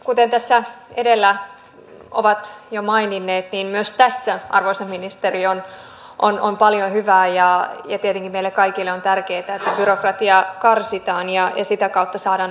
kuten tässä edellä puhuneet ovat jo maininneet myös tässä arvoisa ministeri on paljon hyvää ja tietenkin meille kaikille on tärkeää että byrokratiaa karsitaan ja sitä kautta saadaan asioita myös sujuvammaksi